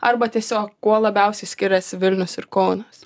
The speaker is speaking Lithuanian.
arba tiesiog kuo labiausiai skiriasi vilnius ir kaunas